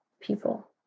people